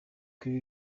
kuba